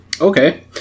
Okay